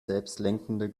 selbstlenkende